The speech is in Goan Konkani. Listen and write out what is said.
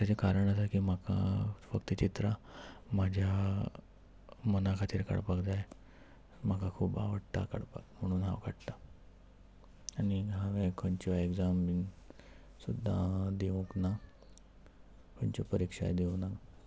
ताचें कारण आसा की म्हाका फक्त चित्रां म्हज्या मना खातीर काडपाक जाय म्हाका खूब आवडटा काडपाक म्हणून हांव काडटा आनी हांवें खंयच्यो एग्जाम बीन सुद्दां दिवंक ना खंयच्यो परिक्षाय दिवंक ना